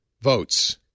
Votes